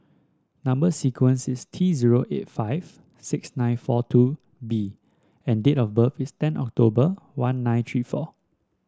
number sequence is T zero eight five six nine four two B and date of birth is ten October one nine three four